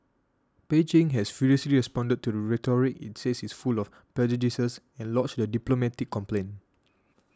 Beijing has furiously responded to the rhetoric it says is full of prejudices and lodged a diplomatic complaint